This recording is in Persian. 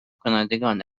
کنندگان